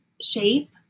shape